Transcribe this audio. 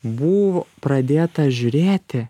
buvo pradėta žiūrėti